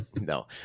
no